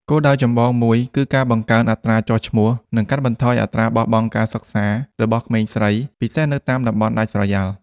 គោលដៅចម្បងមួយគឺការបង្កើនអត្រាចុះឈ្មោះ និងកាត់បន្ថយអត្រាបោះបង់ការសិក្សារបស់ក្មេងស្រី ពិសេសនៅតាមតំបន់ដាច់ស្រយាល។